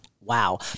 wow